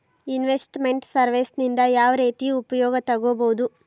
Invest made services ನಿಂದಾ ಯಾವ್ರೇತಿ ಉಪಯೊಗ ತಗೊಬೊದು?